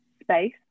space